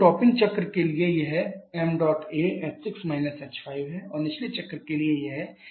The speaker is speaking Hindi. तो टॉपिंग चक्र के लिए यह ṁA h6 - h5 है और निचले चक्र के लिए यह ṁB h2 - h1 है